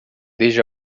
desde